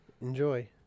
Enjoy